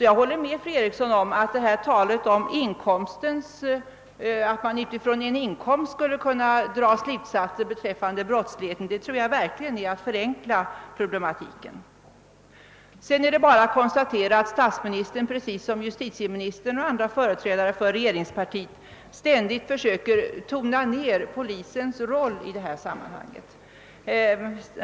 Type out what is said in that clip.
Jag håller med fru Eriksson i Stockholm om att talet om att man skulle dra slutsatser beträffande brottsligheten med utgångspunkt från inkomsten verkligen innebär en förenkling av problematiken. Sedan är det bara att konstatera att statsministern, precis som justitieministern och andra företrädare för regeringspartiet, ständigt försöker tona ner polisens roll i detta sammanhang.